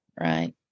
Right